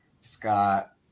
Scott